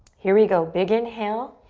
here we go, big inhale.